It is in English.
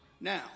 Now